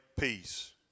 peace